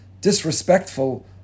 disrespectful